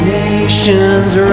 nations